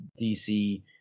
DC